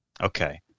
Okay